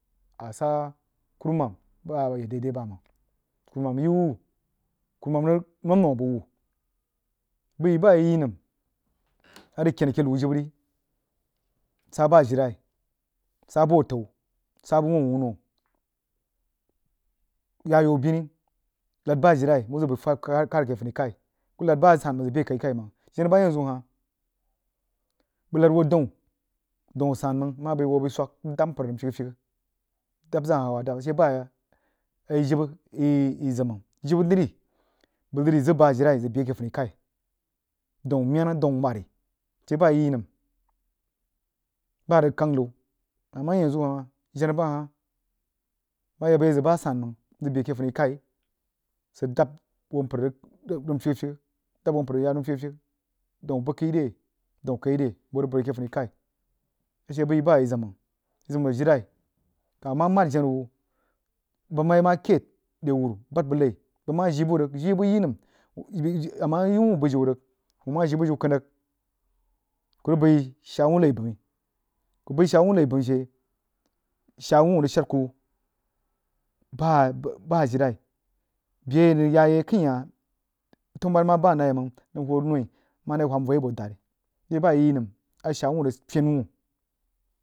Asa kurumam ba awoi dai- dai bam kummam yivi kummam ng nom- nom bəg wuh bəg yi bayi nəm ang ken keh nau jibbə ri saba ajirenai, sa bəg atau, sa bəg wuh wunno, ya yau bini nad ba jirenai mau zəg bai fəg khad keh funni kai, ku nad ba asan məng jenna bah yanzu huh bəg nad huoh dauni daun asanməng huoh bai swək nrig dabba mpər nəm fyegha- fyegha dabba zəg- ahah ashe bah yi jibbə yi zim məng jibbə on bəg nri nri zibba ajirenni zəg beh keh funi kai dau meyanan, daun mani ashe ba ayi nəm bah rig kangha nau ama yanzu hah jenna ba hah ma yək bəg ya zəg bah sanməng zəg bai keh funni kai sid dab huoh mpərng nəm fyegha- fyegha dabba huoh mpər ya nəm fyegha- fyegha daun bagkhei re, daun re ake funni ka iashe bəg yi ba gi zim bam yi zim ajirenai kah ma mad jenna wuh bəg mayi ma khew re wuru bad bəg nai bəg ma joi buh rig jebbə ye nən ama yii wuoh biyiu ngi wuoh ma jii bujiu kangha rig kurig bai shaa wah nai bamyi ku bai shaa wuoh nai bamyi shee, shan wuohring shad ku bah ayirenai beh anəng ya yai akhainhah tannelburari ma bayeiməng nəng hurh noi anəng vohyei bura dad ashe bah iyi nəmashaa wuoh.